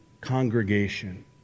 congregation